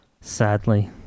sadly